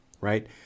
right